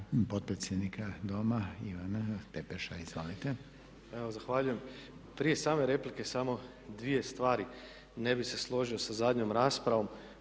**Tepeš, Ivan (HSP AS)** Evo zahvaljujem. Prije same replike samo dvije stvari. Ne bih se složio sa zadnjom raspravom.